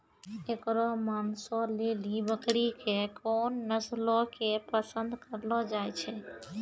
एकरो मांसो लेली बकरी के कोन नस्लो के पसंद करलो जाय छै?